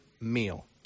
meal